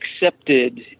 accepted